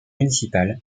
municipal